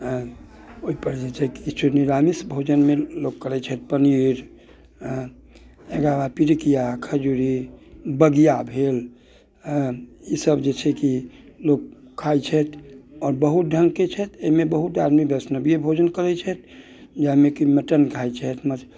ओहि पर जे छै किछु निरामिस भोजनमे लोक करैत छै पनीर एकरा बाद पीड़िकिआ खजुरी बगिआ भेल ई सभ जे छै कि लोक खाइत छथि आओर बहुत ढङ्गके छथि एहिमे बहुत आदमी बैष्णवे भोजन करैत छथि जाहिमे कि मटन खाइत छथि मछ